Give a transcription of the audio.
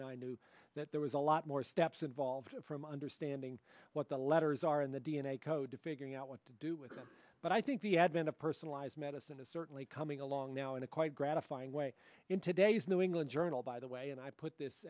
and i knew that there was a lot more steps involved from understanding what the letters are in the d n a code to figuring out what to do with them but i think the advent of personalized medicine is certainly coming along now in a quite gratifying way in today's new england journal by the way and i put this